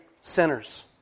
sinners